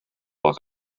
les